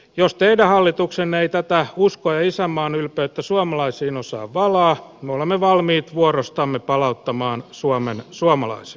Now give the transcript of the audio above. jos teidän hallituksenne ei tätä usko ja isänmaanylpeyttä suomalaisiin osaa valaa me olemme valmiit vuorostamme palauttamaan suomen suomalaisille